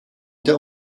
der